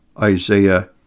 Isaiah